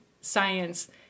science